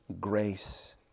grace